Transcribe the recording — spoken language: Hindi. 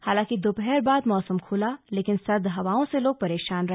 हालांकि दोपहर बाद मौसम खुला लेकिन सर्द हवाओं से लोग परेशान रहे